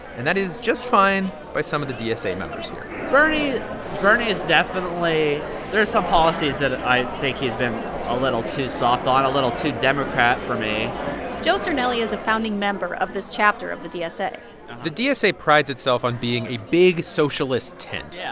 and that is just fine by some of the dsa members here bernie bernie is definitely there are some policies that i think he's been a little too soft on, a little too democrat for me joe cernelli is a founding member of this chapter of the dsa the dsa prides itself on being a big socialist tent. yeah